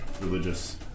religious